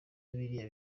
biriya